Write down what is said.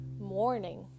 morning